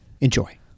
Enjoy